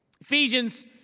Ephesians